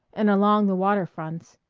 and along the water-fronts,